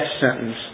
sentence